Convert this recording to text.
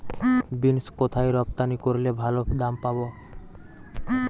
Beans কোথায় রপ্তানি করলে ভালো দাম পাব?